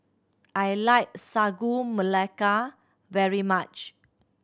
I like Sagu Melaka very much